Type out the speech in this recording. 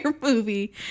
movie